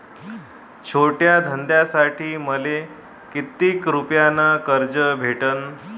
छोट्या धंद्यासाठी मले कितीक रुपयानं कर्ज भेटन?